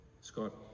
Scott